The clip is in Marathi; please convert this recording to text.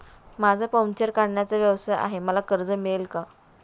माझा पंक्चर काढण्याचा व्यवसाय आहे मला कर्ज मिळेल का?